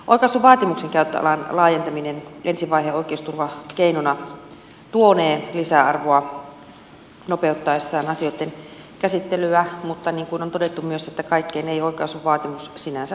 oikaisuvaatimuksen käyttöalan laajentaminen ensi vaiheen oikeusturvakeinona tuonee lisäarvoa nopeuttaessaan asioitten käsittelyä mutta niin kuin on todettu myös kaikkeen ei oikaisuvaatimus sinänsä tietenkään sovellu